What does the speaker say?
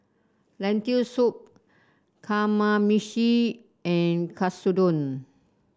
Lentil Soup Kamameshi and Katsudon